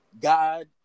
God